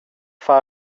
far